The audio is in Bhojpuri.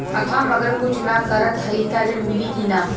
हम अगर कुछ न करत हई त ऋण मिली कि ना?